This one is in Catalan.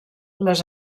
les